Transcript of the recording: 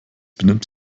benimmt